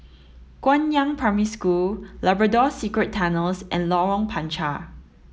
Guangyang Primary School Labrador Secret Tunnels and Lorong Panchar